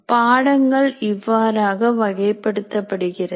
பாடங்கள் இவ்வாறாக வகைப்படுத்தப்படுகிறது